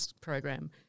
program